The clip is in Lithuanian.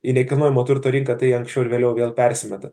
į nekilnojamo turto rinką tai anksčiau ar vėliau vėl persimeta